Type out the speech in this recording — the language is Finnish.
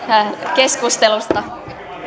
keskustelusta viimeinen